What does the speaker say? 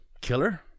killer